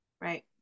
Right